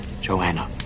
Joanna